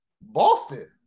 Boston